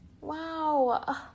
Wow